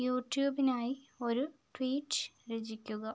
യൂട്യൂബിനായി ഒരു ട്വീറ്റ് രചിക്കുക